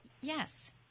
yes